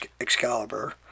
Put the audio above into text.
Excalibur